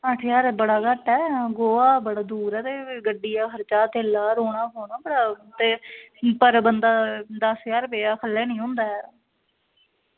अट्ठ ज्हार बड़ा घट्ट ऐ ते गोवा बड़ी दूर ऐ ते उत्थें बी गड्डियै दा खरचा रौह्ना बौह्ना बड़ा ते पर बंदा दस्स ज्हार रपेआ खल्लै ई निं होंदा ऐ